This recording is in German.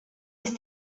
ist